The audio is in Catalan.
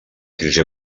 crisi